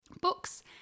books